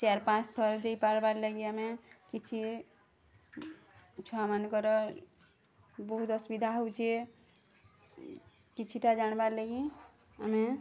ଚାର୍ ପାଞ୍ଚ୍ ଥରଟି ପାର୍ବାର୍ କିଛି ଆମେ ଛୁଆମାନଙ୍କର ବହୁତ୍ ଅସୁବିଧା ହଉଛେ କିଛିଟା ଜାଣିପାର୍ବା ଲାଗି ଆମେ